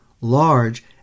large